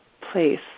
place